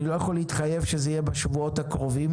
אני לא יכול להתחייב שזה יהיה בשבועות הקרובים